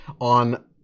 on